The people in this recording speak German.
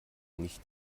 nicht